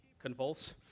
convulse